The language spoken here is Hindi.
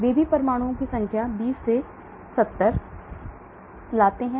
वे भी परमाणुओं की संख्या 20 से 70 लाते हैं